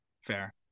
fair